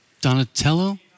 Donatello